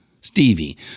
Stevie